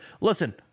listen